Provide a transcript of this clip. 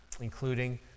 including